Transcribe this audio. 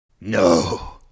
no